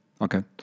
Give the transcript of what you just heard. Okay